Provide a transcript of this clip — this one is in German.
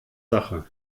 sache